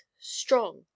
strong